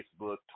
Facebook